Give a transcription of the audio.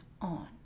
on